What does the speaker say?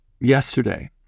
yesterday